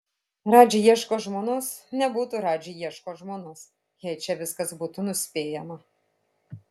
radži ieško žmonos nebūtų radži ieško žmonos jei čia viskas būtų nuspėjama